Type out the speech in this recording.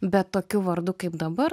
bet tokiu vardu kaip dabar